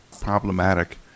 problematic